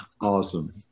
Awesome